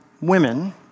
women